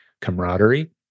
camaraderie